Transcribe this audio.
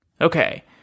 Okay